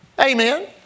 Amen